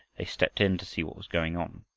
they stepped in to see what was going on.